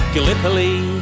Gallipoli